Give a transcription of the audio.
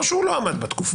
או שהוא לא עמד בתקופות.